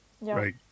right